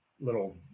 little